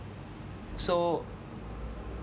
so